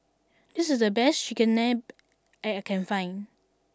this is the best Chigenabe that I can find